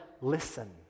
listen